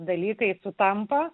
dalykai sutampa